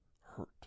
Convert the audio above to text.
hurt